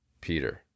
Peter